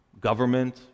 government